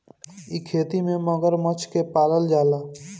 इ खेती में मगरमच्छ के पालल जाला